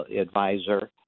advisor